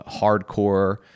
hardcore